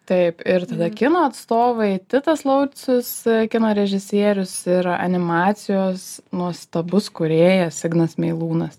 taip ir tada kino atstovai titas laucius kino režisierius ir animacijos nuostabus kūrėjas ignas meilūnas